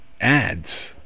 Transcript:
ads